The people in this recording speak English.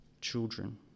children